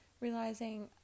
realizing